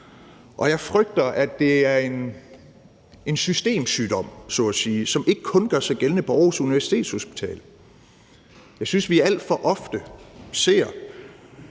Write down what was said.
Og jeg frygter, at det er en systemsygdom, så at sige, som ikke kun gør sig gældende på Aarhus Universitetshospital. Jeg synes, vi alt for ofte ser,